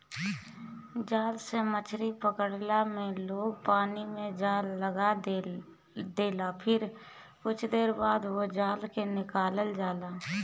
जाल से मछरी पकड़ला में लोग पानी में जाल लगा देला फिर कुछ देर बाद ओ जाल के निकालल जाला